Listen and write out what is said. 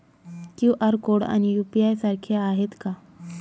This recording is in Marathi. क्यू.आर कोड आणि यू.पी.आय सारखे आहेत का?